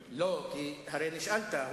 לא, הרי נשאלת.